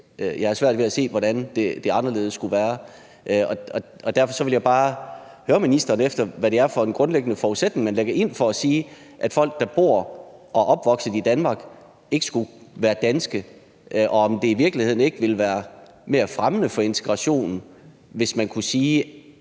Jeg har svært ved at se, hvordan det skulle være anderledes. Derfor vil jeg bare høre ministeren, hvad det er for en grundlæggende forudsætning, man lægger ind for at sige, at folk, der bor og er opvokset i Danmark, ikke skulle være danske, og om det i virkeligheden ikke ville være mere fremmende for integrationen, hvis man kunne sige,